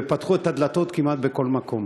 ופתחו את הדלתות כמעט בכל מקום.